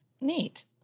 Neat